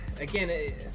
again